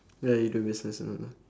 ya you do business and whatnot